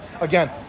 Again